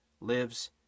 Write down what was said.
lives